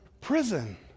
Prison